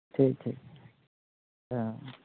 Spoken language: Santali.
ᱴᱷᱤᱠ ᱴᱷᱤᱠ ᱦᱮᱸ